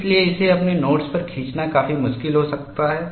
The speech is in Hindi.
इसलिए इसे अपने नोट्स पर खींचना काफी मुश्किल हो सकता है